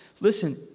listen